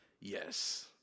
yes